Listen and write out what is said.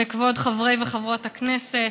כבוד חברות וחברי הכנסת,